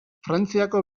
frantziako